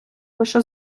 лише